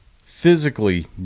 physically